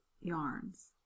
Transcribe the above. yarns